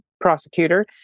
prosecutor